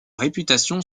réputation